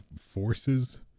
forces